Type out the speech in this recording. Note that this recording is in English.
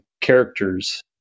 characters